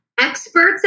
experts